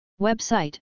Website